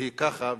והיא ככה,